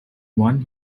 one